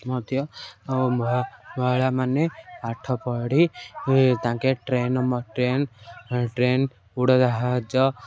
ମଧ୍ୟ ମହିଳାମାନେ ପାଠ ପଢ଼ି ତାଙ୍କେ ଟ୍ରେନ୍ ଟ୍ରେନ୍ ଟ୍ରେନ୍ ଉଡ଼ଦାହାଜ